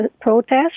protests